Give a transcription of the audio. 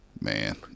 man